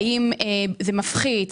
האם זה מפחית.